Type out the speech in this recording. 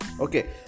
okay